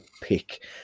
pick